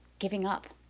giving up.